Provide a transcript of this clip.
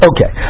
Okay